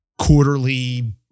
quarterly